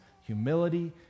humility